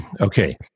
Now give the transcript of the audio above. Okay